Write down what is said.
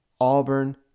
Auburn